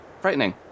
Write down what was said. frightening